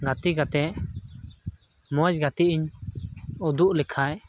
ᱜᱟᱛᱮ ᱠᱟᱛᱮ ᱢᱚᱡᱽ ᱜᱟᱛᱮ ᱟᱹᱧ ᱩᱫᱩᱜ ᱞᱮᱠᱷᱟᱡ